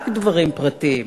רק דברים פרטיים,